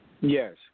Yes